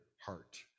heart